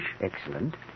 Excellent